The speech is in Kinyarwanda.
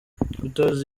utazi